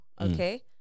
okay